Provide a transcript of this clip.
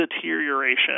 deterioration